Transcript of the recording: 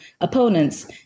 opponents